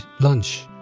lunch